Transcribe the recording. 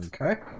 okay